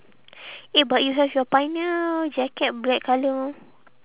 eh but you have your pioneer jacket black colour ah